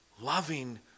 loving